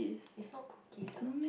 is not cookies